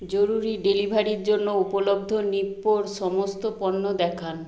জরুরি ডেলিভারির জন্য উপলব্ধ নিপ্পোর সমস্ত পণ্য দেখান